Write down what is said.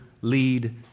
Lead